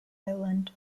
island